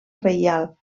reial